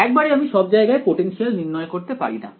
একবারে আমি সব জায়গায় পোটেনশিয়াল নির্ণয় করতে পারিনা